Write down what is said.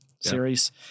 series